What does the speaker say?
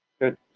Good